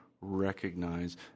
recognize